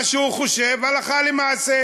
מה שהוא חושב, הלכה למעשה.